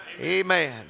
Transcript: Amen